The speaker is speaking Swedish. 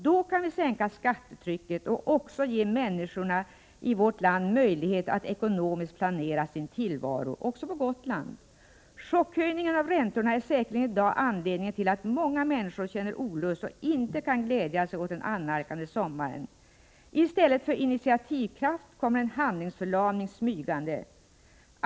Då kan vi sänka skattetrycket och också ge människorna i vårt land möjlighet att ekonomiskt planera sin tillvaro — också på Gotland. Chockhöjningen av räntorna är säkerligen i dag anledningen till att många människor känner olust och inte kan glädja sig åt den annalkande sommaren. I stället för initiativkraft kommer en handlingsförlamning smygande.